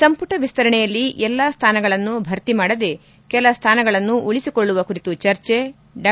ಸಂಪುಟ ವಿಸ್ತರಣೆಯಲ್ಲಿ ಎಲ್ಲಾ ಸ್ವಾನಗಳನ್ನು ಭರ್ತಿಮಾಡದೆ ಕೆಲ ಸ್ವಾನಗಳನ್ನು ಉಳಸಿಕೊಳ್ಳುವ ಕುರಿತು ಚರ್ಚೆ ಡಾ